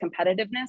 competitiveness